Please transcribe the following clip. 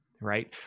right